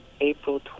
April